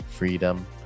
freedom